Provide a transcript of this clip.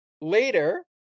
later